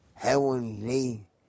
Heavenly